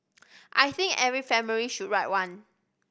I think every family should write one